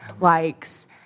likes